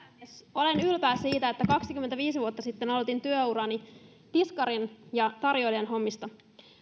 olen ylpeä siitä että kaksikymmentäviisi vuotta sitten aloitin työurani tiskarin ja tarjoilijan hommista